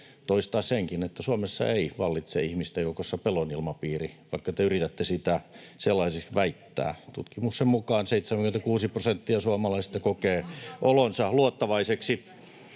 toistaa senkin, että Suomessa ei vallitse ihmisten joukossa pelon ilmapiiri, vaikka te yritätte sitä sellaiseksi väittää. Tutkimusten mukaan 76 prosenttia suomalaisista kokee olonsa luottavaiseksi.